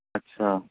اچھا